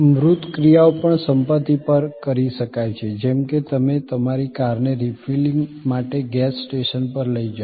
મૂર્ત ક્રિયાઓ પણ સંપત્તિ પર કરી શકાય છે જેમ કે તમે તમારી કારને રિફિલિંગ માટે ગેસ સ્ટેશન પર લઈ જાઓ